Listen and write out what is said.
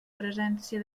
presència